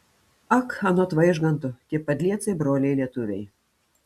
ak anot vaižganto tie padliecai broliai lietuviai